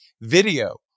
video